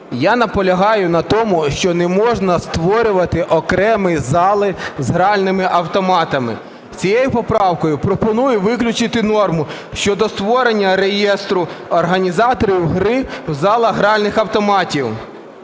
я наполягаю на тому, що не можна створювати окремі зали з гральними автоматами. Цією поправкою пропоную виключити норму щодо створення реєстру організаторів гри у залах гральних автоматів.